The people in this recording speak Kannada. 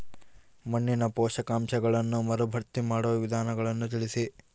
ಮಣ್ಣಿನ ಪೋಷಕಾಂಶಗಳನ್ನು ಮರುಭರ್ತಿ ಮಾಡುವ ವಿಧಾನಗಳನ್ನು ತಿಳಿಸಿ?